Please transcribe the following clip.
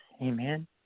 Amen